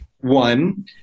One